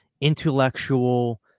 intellectual